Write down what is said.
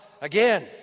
again